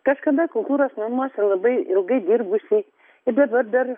kažkada kultūros namuose labai ilgai dirbusį ir dabar dar